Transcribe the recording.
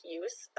use